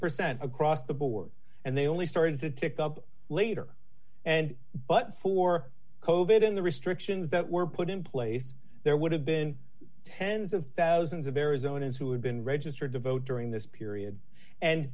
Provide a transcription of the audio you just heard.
percent across the board and they only started to tick up later and but for coded in the restrictions that were put in place there would have been tens of thousands of arizona who had been registered to vote during this period and